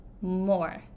more